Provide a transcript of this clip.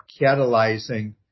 catalyzing